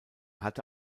hatte